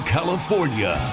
California